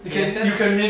in a sense